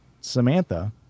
Samantha